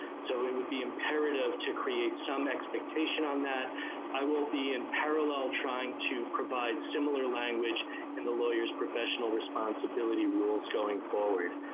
so it would be imperative to create some expectation on that i will be unparalleled trying to provide similar language in the lawyers professional responsibility rules going forward.